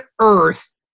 earth